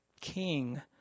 king